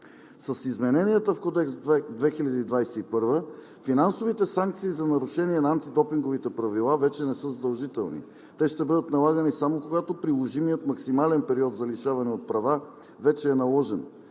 С измененията в Кодекс 2021 финансовите санкции за нарушения на антидопинговите правила вече не са задължителни. Те ще бъдат налагани само когато приложимият максимален период за лишаване от права вече е наложен.